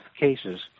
cases